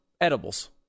edibles